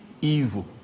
evil